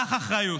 קח אחריות,